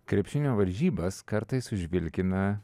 krepšinio varžybas kartais užvilkina